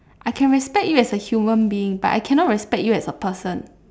I can respect you as a human being but I cannot respect you as a person